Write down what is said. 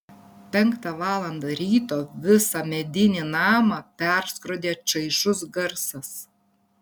penktą valandą ryto visą medinį namą perskrodė čaižus garsas